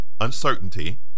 uncertainty